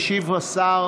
משיב השר